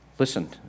Listen